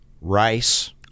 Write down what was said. rice